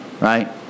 right